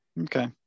Okay